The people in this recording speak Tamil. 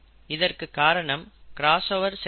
இதற்கு காரணம் கிராஸ்ஓவர் செயல்முறை